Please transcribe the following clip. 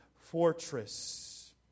fortress